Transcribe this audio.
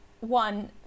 One